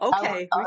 Okay